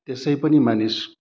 त्यसै पनि मानिस